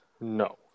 no